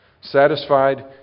Satisfied